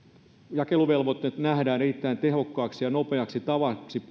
jakeluvelvoitteet nähdään erittäin tehokkaaksi ja nopeaksi tavaksi